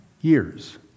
years